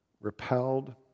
repelled